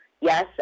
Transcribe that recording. Yes